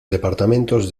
departamentos